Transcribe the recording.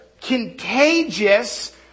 contagious